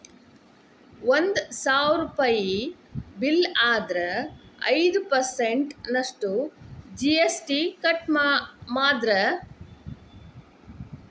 ಒಂದ್ ಸಾವ್ರುಪಯಿ ಬಿಲ್ಲ್ ಆದ್ರ ಐದ್ ಪರ್ಸನ್ಟ್ ನಷ್ಟು ಜಿ.ಎಸ್.ಟಿ ಕಟ್ ಮಾದ್ರ್ಸ್